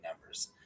numbers